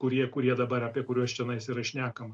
kurie kurie dabar apie kuriuos čionais yra šnekama